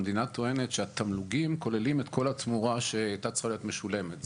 המדינה טוענת שהתמלוגים כוללים את כל התמורה שהייתה צריכה להיות משולמת.